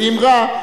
ואם רע,